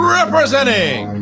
representing